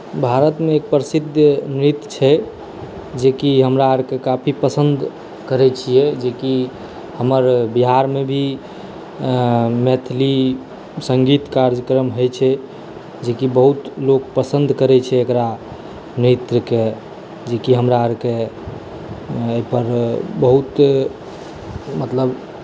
भारतमे एक प्रसिद्ध नृत्य छै जेकि हमरा आरकेँ काफी पसन्द करै छियै जे कि हमर बिहारमे भी मैथिली सङ्गीत कार्यक्रम होइ छै जेकि बहुत लोक पसन्द करै छै एकरा नृत्यकेँ जे कि हमरा आरकेँ एहिपर बहुत मतलब